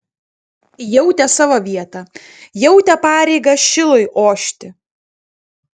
jautė savo vietą jautė pareigą šilui ošti